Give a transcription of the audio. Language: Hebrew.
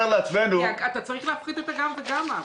אבי, אתה צריך להפחית את ה-גם וגם.